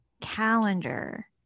calendar